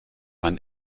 man